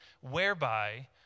whereby